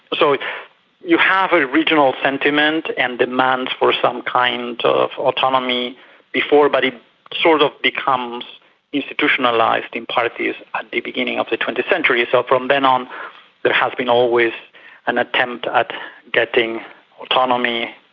so you have a regional sentiment and demand for some kind of autonomy before, but it sort of becomes institutionalised in parties at the beginning of the twentieth century. so from then on there has been always an attempt at getting autonomy,